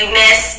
miss